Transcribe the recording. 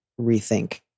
rethink